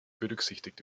berücksichtigt